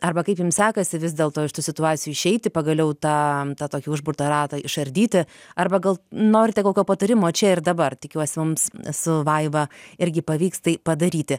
arba kaip jums sekasi vis dėlto iš tų situacijų išeiti pagaliau tą tą tokį užburtą ratą išardyti arba gal norite kokio patarimo čia ir dabar tikiuosi mums su vaiva irgi pavyks tai padaryti